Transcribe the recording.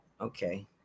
Okay